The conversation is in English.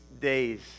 days